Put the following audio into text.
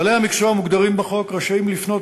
בעלי המקצוע המוגדרים בחוק רשאים לפנות